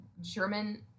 german